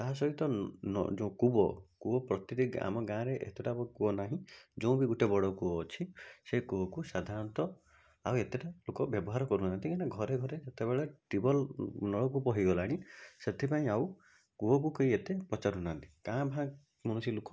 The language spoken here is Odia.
ତା ସହିତ ନ ଯେଉଁ କୂଅ କୂଅ ପ୍ରତିଟି ଗାଁ ଆମ ଗାଁରେ ଏତେଟା ତ କୂଅ ନାହିଁ ଯେଉଁ ବି ଗୋଟେ ବଡ଼ କୂଅ ଅଛି ସେହି କୂଅକୁ ସାଧାରଣତଃ ଆଉ ଏତେ ଟା ଲୋକ ବ୍ୟବହାର କରୁନାହାଁନ୍ତି କାହିଁକି ନା ଘରେ ଘରେ ଯେତେବେଳେ ଟ୍ୟୁବୱେଲ ନଳକୂଅ ହେଇଗଲାଣି ସେଥିପାଇଁ ଆଉ କୂଅକୁ ଏତେ ପଚାରୁ ନାହାଁନ୍ତି କାଆଁ ଭାଁ କୌଣସି ଲୋକ